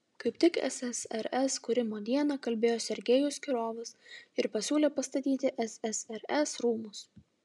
kaip tik ssrs kūrimo dieną kalbėjo sergejus kirovas ir pasiūlė pastatyti ssrs rūmus